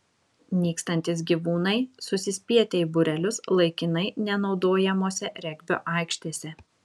nykstantys gyvūnai susispietę į būrelius laikinai nenaudojamose regbio aikštėse